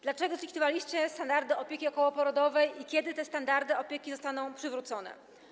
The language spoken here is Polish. Dlaczego zlikwidowaliście standardy opieki okołoporodowej i kiedy te standardy opieki zostaną przywrócone?